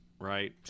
right